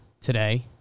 today